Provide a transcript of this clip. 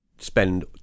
spend